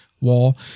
wall